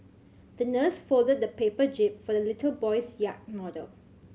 the nurse folded a paper jib for the little boy's yacht model